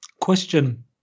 question